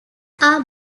are